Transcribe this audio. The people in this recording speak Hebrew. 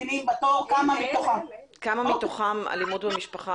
מתוך אלה שממתינים בתור כמה מתוכם --- כמה מתוכם אלימות במשפחה.